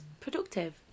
productive